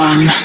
One